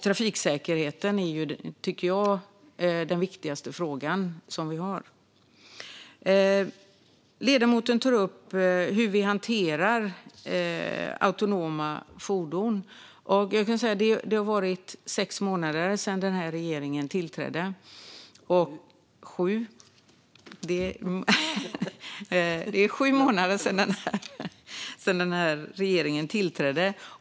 Trafiksäkerheten är, tycker jag, den viktigaste fråga vi har. Ledamoten tar upp hur vi hanterar frågan om autonoma fordon. Nu har det gått sju månader sedan regeringen tillträdde.